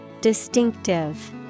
Distinctive